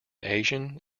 asian